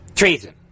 Treason